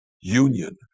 union